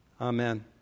Amen